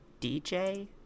DJ